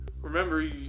remember